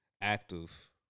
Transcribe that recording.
active